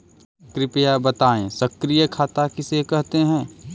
कृपया बताएँ सक्रिय खाता किसे कहते हैं?